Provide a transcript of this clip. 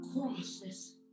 crosses